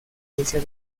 iglesia